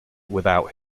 without